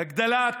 הגדלת